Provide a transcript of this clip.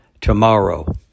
tomorrow